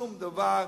שום דבר,